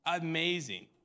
Amazing